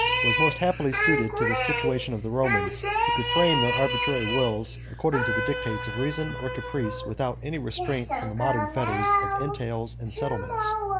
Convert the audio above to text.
was most happily suited to the situation of the romans, who could frame their arbitrary wills, according to the dictates of reason or caprice, without any restraint from the modern fetters of entails and settlements.